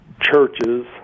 churches